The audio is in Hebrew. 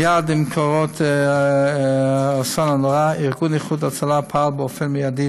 מייד עם קרות האסון הנורא ארגון איחוד הצלה פעל באופן מיידי,